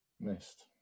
Missed